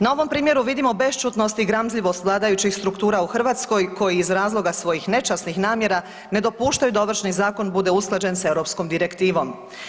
Na ovom primjeru vidimo bešćutnost i gramzljivost vladajućih struktura u Hrvatskoj koji iz razloga svojih nečasnih namjera ne dopuštaju da Ovršni zakon bude usklađen sa europskom direktivom.